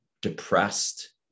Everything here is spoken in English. depressed